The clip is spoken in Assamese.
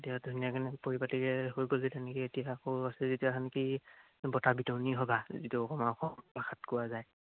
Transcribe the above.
এতিয়া ধুনীয়াকেনে পৰিপাতিৰে হৈ গ'ল যেতিয়া তেনেকৈয়ে এতিয়া আকৌ আছে যেতিয়া সেহেঁতি বঁটা বিতৰণি সভা যিটো আমাৰ অসমীয়া ভাষাত কোৱা যায়